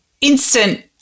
instant